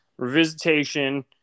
revisitation